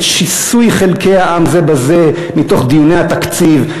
את שיסוי חלקי העם זה בזה מתוך דיוני התקציב.